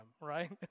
right